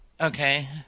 Okay